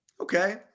Okay